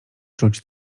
czuć